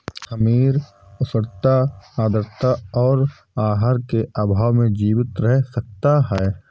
खमीर उष्णता आद्रता और आहार के अभाव में जीवित रह सकता है